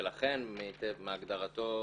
ולכן מהגדרתו,